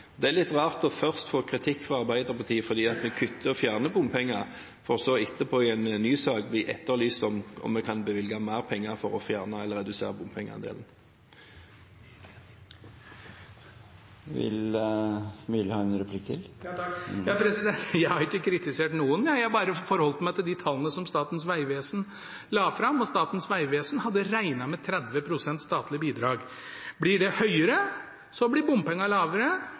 Det er litt rart først å få kritikk fra Arbeiderpartiet fordi vi kutter og fjerner bompenger, og så etterpå, i en ny sak, blir det etterlyst om vi kan bevilge mer penger for å fjerne eller redusere bompengeandelen. Jeg har ikke kritisert noen, jeg har bare forholdt meg til de tallene som Statens vegvesen la fram, og Statens vegvesen hadde regnet med 30 pst. statlig bidrag. Blir det høyere, blir bompengeandelen lavere.